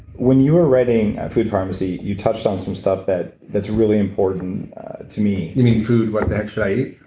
when you were writing food farmacy, you touched on some stuff that's really important to me you mean food, what the heck should i eat? ah,